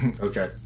Okay